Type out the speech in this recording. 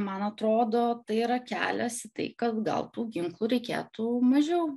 man atrodo tai yra kelias į tai kad gal tų ginklų reikėtų mažiau